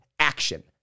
Action